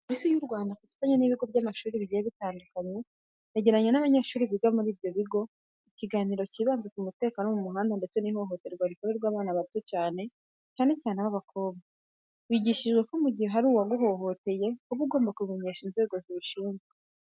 Police y'u Rwanda ku bufatanye n'ibigo by'amashuri bigiye bitandukanye, yagiranye n'abanyeshuri biga muri ibyo bigo ikiganiro kibanze ku mutekano wo mu muhanda ndetse n'ihohoterwa rikorerwa abana bato cyane cyane ab'abakobwa. Bigishijwe ko mu gihe hari uguhohoteye uba ugomba kubimenyesha inzego zibishinzwe.